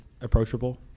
approachable